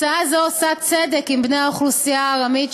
הצעה זו עושה צדק עם בני האוכלוסייה הארמית,